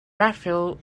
raphael